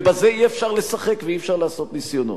ובזה אי-אפשר לשחק ואי-אפשר לעשות ניסיונות.